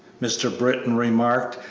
mr. britton remarked,